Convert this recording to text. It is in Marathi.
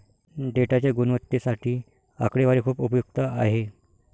डेटाच्या गुणवत्तेसाठी आकडेवारी खूप उपयुक्त आहे